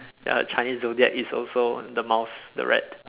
ya her chinese zodiac is also the mouse the rat